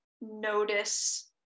notice